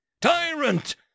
Tyrant